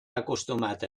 acostumat